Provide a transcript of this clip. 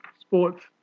sports